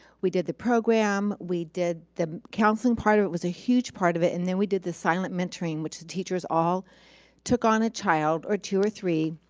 we did the program, we did the counseling part of it. it was a huge part of it and then we did the silent mentoring which the teachers all took on a child or two or three,